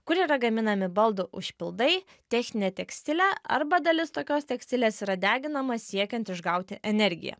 kur yra gaminami baldų užpildai techninė tekstilė arba dalis tokios tekstilės yra deginama siekiant išgauti energiją